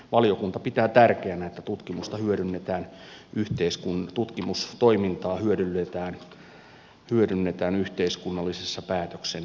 valiokunta pitää tärkeänä että tutkimustoimintaa hyödynnetään yhteiskunnallisessa päätöksenteossa